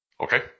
Okay